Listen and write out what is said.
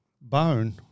bone